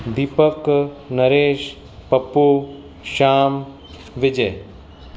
Deepak Naresh Pappu Sham Vijay